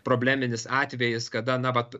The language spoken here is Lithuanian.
probleminis atvejis kada na vat